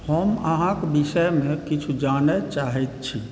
हम अहाँक विषयमे किछु जानय चाहैत छी